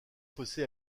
fossé